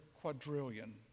quadrillion